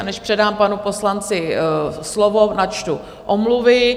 Než předám panu poslanci slovo, načtu omluvy.